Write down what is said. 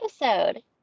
episode